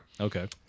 Okay